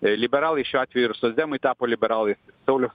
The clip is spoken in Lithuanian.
liberalai šiuo atveju ir socdemai tapo liberalais sauliaus